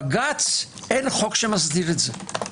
בג"ץ, אין חוק שמסדיר את זה.